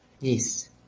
Yes